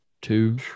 two